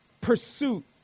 pursuit